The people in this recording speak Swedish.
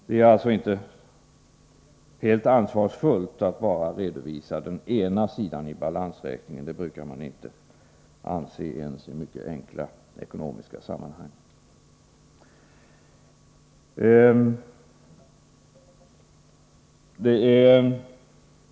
Det är inte helt ansvarsfullt att bara redovisa den ena sidan i balansräkningen; det brukar man inte anse ens i mycket enkla ekonomiska sammanhang.